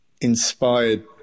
inspired